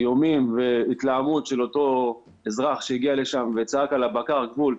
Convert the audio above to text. איומים והתלהמות של אותו אזרח שהגיע לשם וצעק על בקר הגבול,